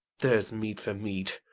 there's meed for meed,